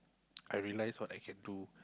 I realized what I can do